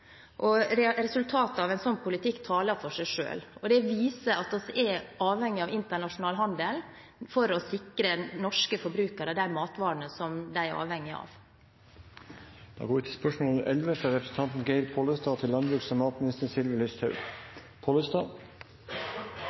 Resultatet av en sånn politikk taler for seg selv. Det viser at vi er avhengig av internasjonal handel for å sikre norske forbrukere de matvarene som de er avhengig av. «Tall fra Budsjettnemnda for jordbruket viser at inntektene i landbruket fra 2006 til 2014 har økt fra 162 000 til